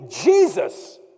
Jesus